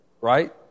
Right